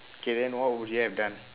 okay then what would you have done